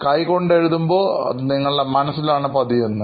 കൈ കൊണ്ട് എഴുതുമ്പോൾ അത് നിങ്ങളുടെ മനസ്സിൽ ആണ് പതിയുന്നത്